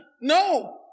No